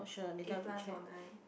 eight plus or nine